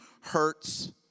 hurts